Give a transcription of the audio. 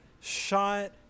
shot